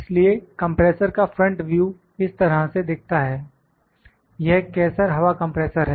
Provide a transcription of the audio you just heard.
इसलिए कंप्रेसर का front view इस तरह से दिखता है यह कैसर हवा कंप्रेसर है